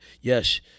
yes